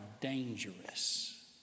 dangerous